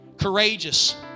Courageous